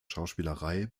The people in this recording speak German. schauspielerei